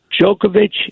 Djokovic